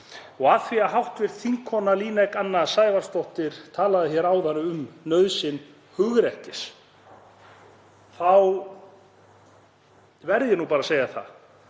Og af því að hv. þingkona Líneik Anna Sævarsdóttir talaði hér áðan um nauðsyn hugrekkis þá verð ég nú bara að segja að